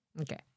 Okay